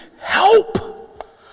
help